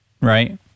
right